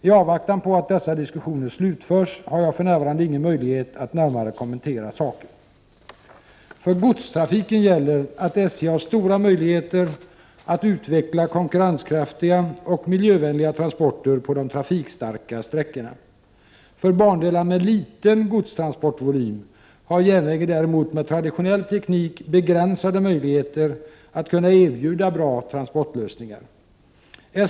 I avvaktan på att dessa diskussioner slutförs har jag för närvarande ingen möjlighet att närmare kommentera saken. För godstrafiken gäller att SJ har stora möjligheter att utveckla konkurrenskraftiga och miljövänliga transporter på de trafikstarka sträckorna. För bandelar med liten godstransportvolym har järnvägen däremot med traditionellteknik begränsade möjligheter att kunna erbjuda bra transportlösningar.